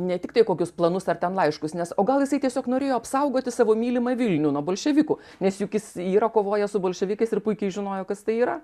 ne tiktai kokius planus ar ten laiškus nes o gal jisai tiesiog norėjo apsaugoti savo mylimą vilnių nuo bolševikų nes juk jis yra kovojęs su bolševikais ir puikiai žinojo kas tai yra